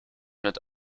mit